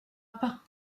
pas